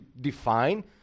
define